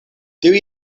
tiuj